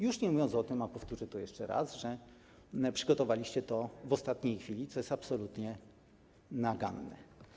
Już nie mówiąc o tym, a powtórzę to jeszcze raz, że przygotowaliście to w ostatniej chwili, co jest absolutnie naganne.